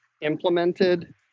implemented